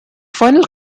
final